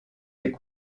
les